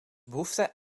behoefte